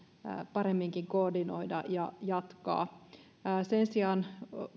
paremminkin koordinoida ja jatkaa sen sijaan